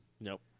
Nope